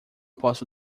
posso